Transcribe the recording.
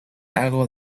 algo